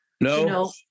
No